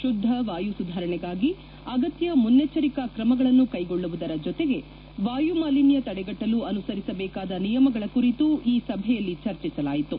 ಕುದ್ಲ ವಾಯು ಸುಧಾರಣೆಗಾಗಿ ಅಗತ್ನ ಮುನ್ನೆಜ್ಲರಿಕಾ ಕ್ರಮಗಳನ್ನು ಕ್ರೆಗೊಳ್ಳುವುದರ ಜೊತೆಗೆ ವಾಯುಮಾಲಿನ್ನ ತಡೆಗಟ್ಟಲು ಅನುಸರಿಸಬೇಕಾದ ನಿಯಮಗಳ ಕುರಿತು ಈ ಸಭೆಯಲ್ಲಿ ಚರ್ಚಿಸಲಾಯಿತು